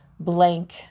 blank